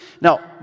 Now